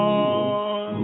on